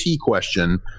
question